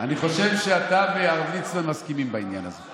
אני חושב שאתה והרב ליצמן מסכימים בעניין הזה.